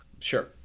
Sure